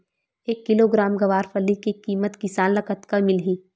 एक किलोग्राम गवारफली के किमत किसान ल कतका मिलही?